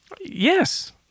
Yes